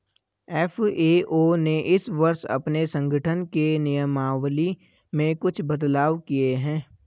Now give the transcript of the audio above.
FAO ने इस वर्ष अपने संगठन के नियमावली में कुछ बदलाव किए हैं